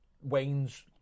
Wayne's